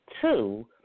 two